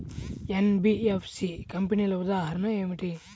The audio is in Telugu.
ఎన్.బీ.ఎఫ్.సి కంపెనీల ఉదాహరణ ఏమిటి?